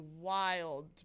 wild